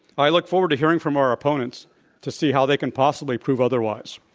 i look forward to hearing from our opponents to see how they can possibly prove otherwise.